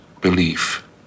belief